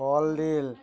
কলডিল